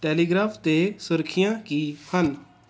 telegraph 'ਤੇ ਸੁਰਖੀਆਂ ਕੀ ਹਨ